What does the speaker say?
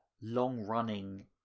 long-running